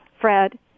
Fred